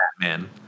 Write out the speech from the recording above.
Batman